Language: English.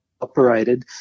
operated